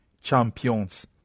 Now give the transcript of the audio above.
champions